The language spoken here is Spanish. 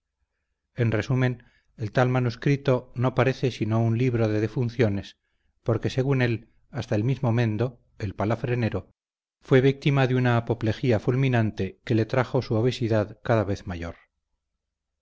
en resumen el tal manuscrito no parece sino un libro de defunciones porque según él hasta el mismo mendo el palafrenero fue víctima de una apoplejía fulminante que le trajo su obesidad cada vez mayor